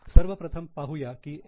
सर्वप्रथम पाहुया की एम